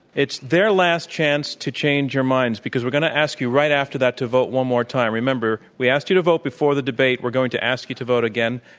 it's their last chance to change your minds because we're going to ask you right after that to vote one more time. remember, we asked you to vote before the debate. we're going to ask you to vote again